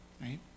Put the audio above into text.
right